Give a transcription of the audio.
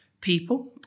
people